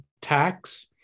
tax